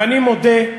ואני מודה,